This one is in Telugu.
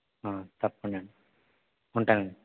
తప్పకుండా అండి ఉంటానండి